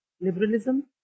Liberalism